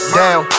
down